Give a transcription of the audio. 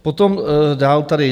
Potom dál tady.